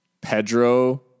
Pedro